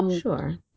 Sure